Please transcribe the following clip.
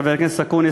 חבר הכנסת אקוניס,